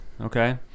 Okay